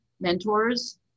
mentors